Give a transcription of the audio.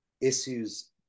issues